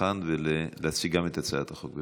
הדוכן ולהציג גם את הצעת החוק.